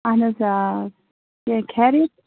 اَہَن حظ آ کیٛاہ خیریت